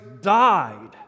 died